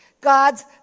god's